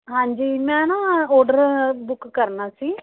ਹਾਂਜੀ ਮੈਂ ਨਾ ਓਡਰ ਬੁੱਕ ਕਰਨਾ ਸੀ